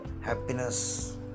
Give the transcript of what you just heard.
happiness